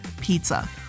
pizza